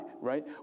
right